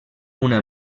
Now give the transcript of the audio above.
una